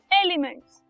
elements